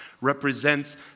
represents